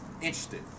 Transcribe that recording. interested